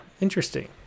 interesting